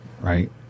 right